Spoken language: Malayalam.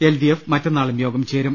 എൽ ഡി എഫ് മറ്റന്നാളും യോഗം ചേരും